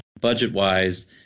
budget-wise